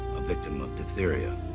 a victim of diphtheria.